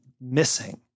missing